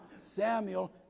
Samuel